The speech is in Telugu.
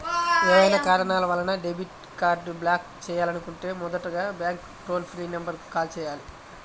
ఏవైనా కారణాల వలన డెబిట్ కార్డ్ని బ్లాక్ చేయాలనుకుంటే మొదటగా బ్యాంక్ టోల్ ఫ్రీ నెంబర్ కు కాల్ చేయాలి